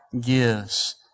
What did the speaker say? gives